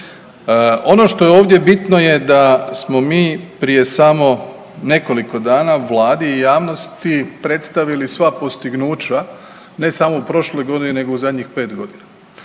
Ono što je ovdje bitno je da smo mi prije samo nekoliko dana Vladi i javnosti predstavila sva postignuća ne samo u prošloj godini, nego u zadnjih 5 godina,